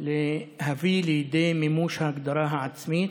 להביא לידי מימוש ההגדרה העצמית,